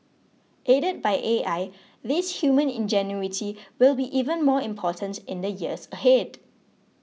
aided by A I this human ingenuity will be even more important in the years ahead